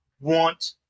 want